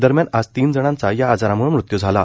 दरम्यान आज तीन जणांचा या आजारमुळं मृत्यू झाला